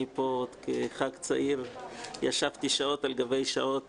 אני פה כח"כ צעיר ישבתי שעות על גבי שעות